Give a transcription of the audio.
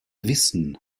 wissen